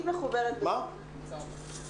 קודם כול,